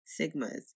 Sigmas